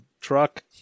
truck